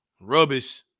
Rubbish